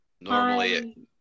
Normally